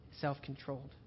self-controlled